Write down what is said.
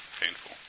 painful